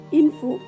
info